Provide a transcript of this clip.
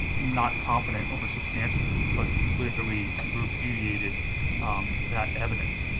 not competent over substantial because it clearly repudiated that evidence.